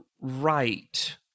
right